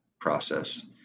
process